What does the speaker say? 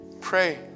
Pray